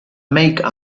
make